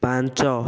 ପାଞ୍ଚ